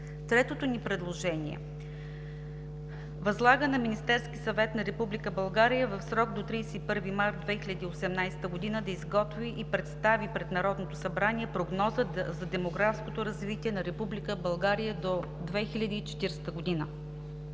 Третото ни предложение: Възлага на Министерския съвет на Република България в срок до 31 март 2018 г. да изготви и представи пред Народното събрание прогноза за демографското развитие на Република България до 2040 г.